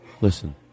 Listen